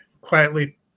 quietly